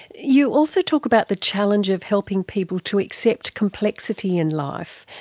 you also talk about the challenge of helping people to accept complexity in life,